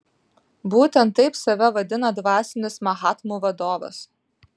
būtent taip save vadina dvasinis mahatmų vadovas